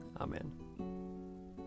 Amen